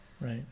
Right